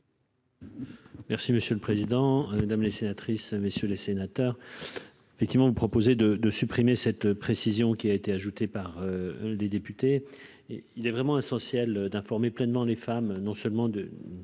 Merci monsieur le président, Mesdames les sénatrices, messieurs les sénateurs, effectivement, vous proposez de supprimer cette précision qui a été ajoutée par les députés, et il est vraiment essentiel d'informer pleinement les femmes non seulement de